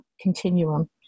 continuum